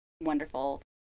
wonderful